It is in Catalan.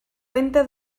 lenta